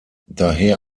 daher